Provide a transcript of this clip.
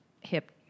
hip